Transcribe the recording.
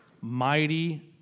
mighty